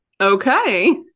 Okay